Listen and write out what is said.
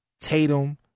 Tatum